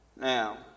Now